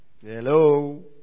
Hello